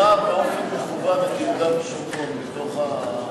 מדירה באופן מכוון את יהודה ושומרון מתוך,